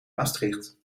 maastricht